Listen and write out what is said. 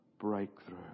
breakthrough